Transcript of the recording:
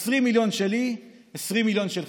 20 מיליון שלי, 20 מיליון שלך.